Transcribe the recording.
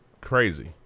crazy